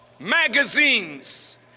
magazines